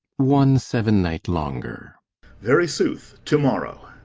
one seven-night longer very sooth, to-morrow.